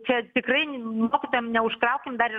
čia tikrai mokytojam neužkraukim dar ir